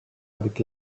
avec